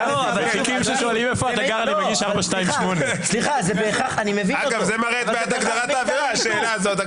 אגב, זה מראה את בעיית הגדרת העבירה, השאלה הזאת.